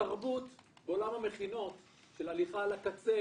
התרבות בעולם המכינות של הליכה על הקצה,